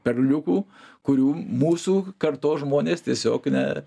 perliukų kurių mūsų kartos žmonės tiesiog ne